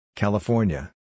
California